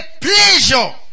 pleasure